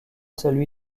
celui